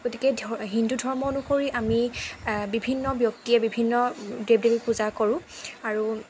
গতিকে ধ হিন্দু ধৰ্ম অনুসৰি আমি বিভিন্ন ব্যক্তিয়ে বিভিন্ন দেৱ দেৱীক পূজা কৰোঁ আৰু